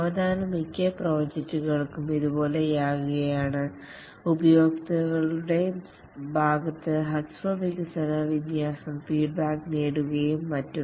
സാവധാനം മിക്ക പ്രോജക്റ്റുകളും ഇതുപോലെയാകുകയാണ് ഉപഭോക്താക്കളുടെ ഭാഗത്ത് ഹ്രസ്വ വികസന വിന്യാസം ഫീഡ്ബാക്ക് നേടുകയും മറ്റും